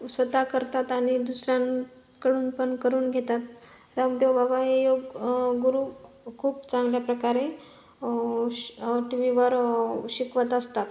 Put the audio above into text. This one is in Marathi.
स्वतः करतात आणि दुसऱ्यांकडून पण करून घेतात रामदेव बाबा हे योग गुरु खूप चांगल्या प्रकारे अ श टी व्ही वर अ शिकवत असतात